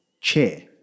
chair